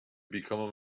become